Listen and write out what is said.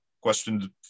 question